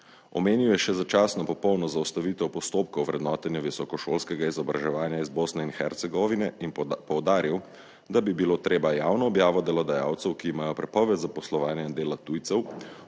Omenil je še začasno popolno zaustavitev postopkov vrednotenja visokošolskega izobraževanja iz Bosne in Hercegovine in poudaril, da bi bilo treba javno objavo delodajalcev, ki imajo prepoved zaposlovanja in dela tujcev,